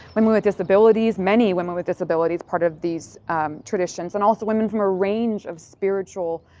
women with disabilities, many women with disabilities, part of these traditions and also women from a range of spiritual